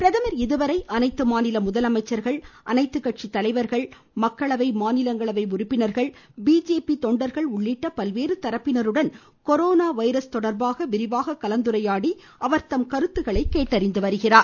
பிரதமர் இதுவரை அனைத்து மாநில முதல்வர்கள் அனைத்து கட்சி தலைவர்கள் மக்களவை மாநிலங்களவை உறுப்பினர்கள் பிஜேபி தொண்டர்கள் உள்ளிட்ட பல்வேறு தரப்பினருடன் கொரானா வைரஸ் தொடர்பாக விரிவாக கலந்துரையாடி அவர்களின் கருத்துக்களை கேட்டறிந்துவருகிறார்